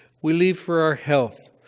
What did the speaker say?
we leave for our health.